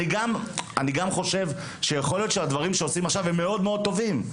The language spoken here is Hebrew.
אני גם חושב שיכול להיות שהדברים שעושים עכשיו הם מאוד מאוד טובים,